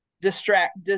distract